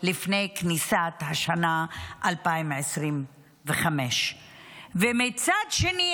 לפני כניסת שנת 2025. מצד שני,